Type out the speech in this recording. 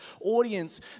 audience